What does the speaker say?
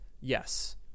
yes